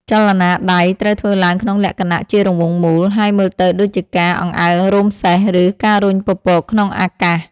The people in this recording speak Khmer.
ចលនាដៃត្រូវធ្វើឡើងក្នុងលក្ខណៈជារង្វង់មូល ដែលមើលទៅដូចជាការ អង្អែលរោមសេះ ឬ ការរុញពពក ក្នុងអាកាស។